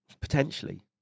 Potentially